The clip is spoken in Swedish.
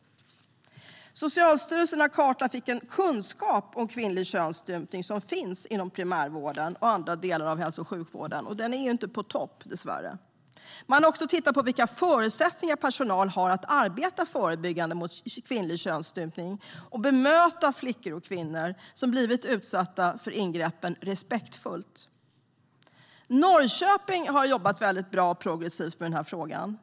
Socialstyrelsen har kartlagt vilken kunskap om kvinnlig könsstympning som finns inom primärvården och andra delar av hälso och sjukvården. Den är dessvärre inte på topp. Man har också tittat på vilka förutsättningar personal har för att arbeta förebyggande mot kvinnlig könsstympning och för att respektfullt bemöta flickor och kvinnor som har blivit utsatta för ingreppen. Norrköping har jobbat bra och progressivt med frågan.